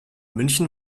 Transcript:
münchen